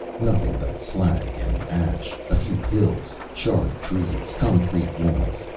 nothing but slag and ash, a few hills, charred trees. concrete walls.